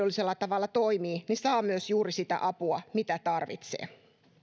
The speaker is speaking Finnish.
mahdollisella tavalla toimii ihminen saa myös juuri sitä apua mitä tarvitsee